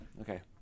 okay